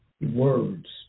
words